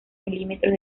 milímetros